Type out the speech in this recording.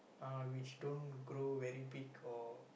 uh which don't grow very big or